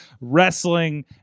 wrestling